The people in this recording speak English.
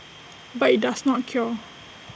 but IT does not cure